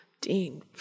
Dean